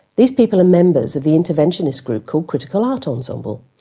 these people are members of the interventionist group called critical art ensemble.